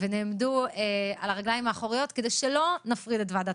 ונעמדו על הרגליים האחוריות כדי שלא נפריד את ועדת